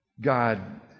God